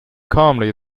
calmly